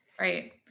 Right